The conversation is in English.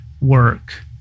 work